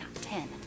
ten